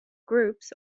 groups